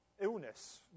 illness